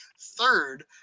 Third